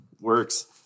Works